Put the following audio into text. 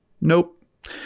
Nope